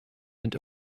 and